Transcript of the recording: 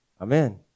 Amen